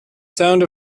sound